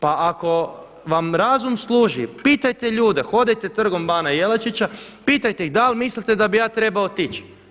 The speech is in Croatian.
Pa ako vam razum služi pitajte ljude, hodajte trgom bana Jelačića, pitajte ih da li mislite da bi ja trebao otići?